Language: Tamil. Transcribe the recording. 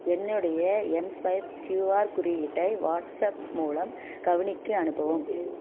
என்னுடைய எம்ஸ்வைப் கியூஆர் குறியீட்டை வாட்ஸாப் மூலம் கவினிக்கு அனுப்பவும்